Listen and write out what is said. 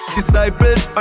Disciples